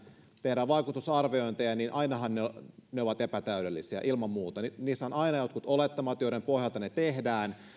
tehdään vaikutusarviointeja niin ainahan ne ovat ne ovat epätäydellisiä ilman muuta niissä on aina jotkut olettamat joiden pohjalta ne tehdään